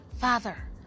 Father